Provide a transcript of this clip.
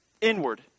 Inward